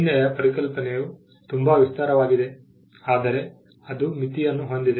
ಚಿಹ್ನೆಯ ಪರಿಕಲ್ಪನೆಯು ತುಂಬಾ ವಿಸ್ತಾರವಾಗಿದೆ ಆದರೆ ಅದು ಮಿತಿಯನ್ನು ಹೊಂದಿದೆ